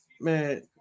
Man